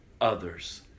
others